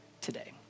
today